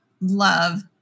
love